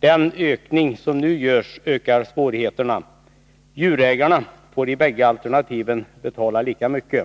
Den ökning som nu görs ökar svårigheterna. Djurägarna får i bägge alternativen betala lika mycket.